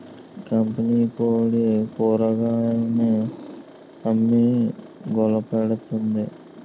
కంపినీకోడీ కూరకావాలని అమ్మి గోలపెడతాంది